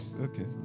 okay